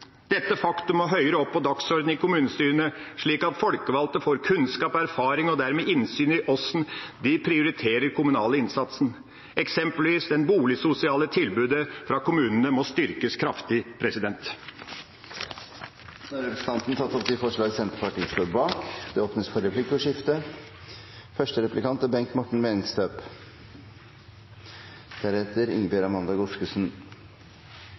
Dette faktum må høyere opp på dagsordenen i kommunestyrene, slik at folkevalgte får kunnskap og erfaring og dermed innsyn i hvordan de prioriterer den kommunale innsatsen. Eksempelvis må det boligsosiale tilbudet fra kommunene styrkes kraftig. Representanten Per Olaf Lundteigen har tatt opp de forslag Senterpartiet står bak. Det blir replikkordskifte. Jeg tror både representanten fra Senterpartiet og jeg er